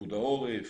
פיקוד העורף,